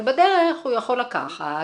אבל בדרך הוא יכול לקחת,